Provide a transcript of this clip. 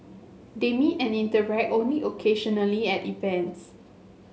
they meet and interact only occasionally at events